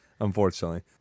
unfortunately